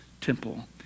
Temple